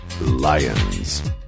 Lions